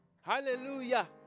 Hallelujah